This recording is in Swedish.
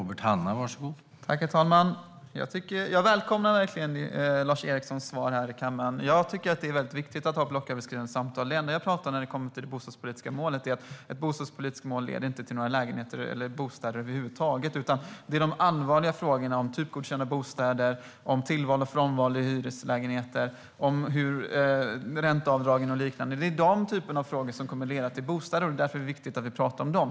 Herr talman! Jag välkomnar verkligen Lars Erikssons svar. Jag tycker att det är väldigt viktigt att ha blocköverskridande samtal. Det enda som jag sa om det bostadspolitiska målet var att ett sådant inte leder till några lägenheter eller bostäder över huvud taget. De allvarliga frågorna är typgodkända bostäder, tillval och frånval i hyreslägenheter, ränteavdragen och liknande. Det är den typen av frågor som leder till byggande av bostäder. Därför är det viktigt att vi pratar om dem.